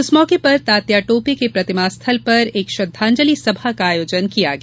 इस मौके पर तात्याटोपे के प्रतिमा स्थल पर एक श्रद्धांजलि सभा का आयोजन किया गया